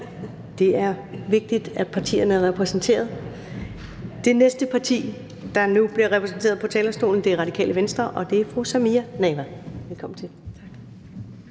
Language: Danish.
Det er vigtigt, at partierne er repræsenteret. Det næste parti, der nu bliver repræsenteret på talerstolen, er Radikale Venstre. Det er fru Samira Nawa. Velkommen til.